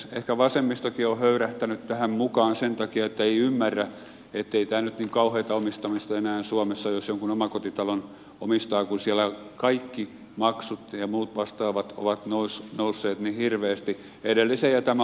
ehkä vasemmistokin on höyrähtänyt tähän mukaan sen takia että ei ymmärrä ettei tämä nyt niin kauheata omistamista enää suomessa ole jos jonkun omakotitalon omistaa kun siellä kaikki maksut ja muut vastaavat ovat nousseet niin hirveästi edellisen ja tämän hallituksen aikoina